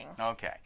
Okay